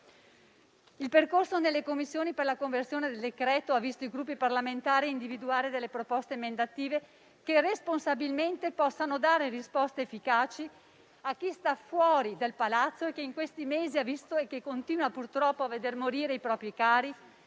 Il percorso nelle Commissioni per la conversione del decreto-legge ha visto i Gruppi parlamentari individuare proposte emendative che responsabilmente possano dare risposte efficaci a chi sta fuori dal Palazzo e che in questi mesi ha visto e purtroppo continua a vedere morire i propri cari,